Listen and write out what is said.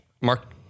mark